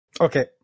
Okay